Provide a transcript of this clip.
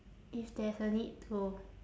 if there's a need to